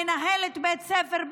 מנהלת בית ספר,